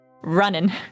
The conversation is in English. running